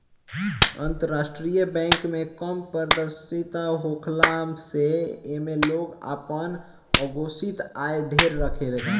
अंतरराष्ट्रीय बैंक में कम पारदर्शिता होखला से एमे लोग आपन अघोषित आय ढेर रखेला